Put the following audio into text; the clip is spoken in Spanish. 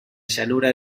llanura